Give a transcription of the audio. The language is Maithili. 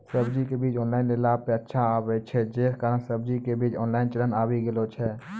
सब्जी के बीज ऑनलाइन लेला पे अच्छा आवे छै, जे कारण सब्जी के बीज ऑनलाइन चलन आवी गेलौ छै?